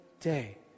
day